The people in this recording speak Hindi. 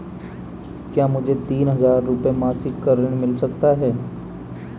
क्या मुझे तीन हज़ार रूपये मासिक का ऋण मिल सकता है?